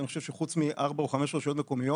אני חושב שחוץ מארבע או חמש רשויות מקומיות,